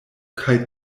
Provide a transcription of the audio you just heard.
kaj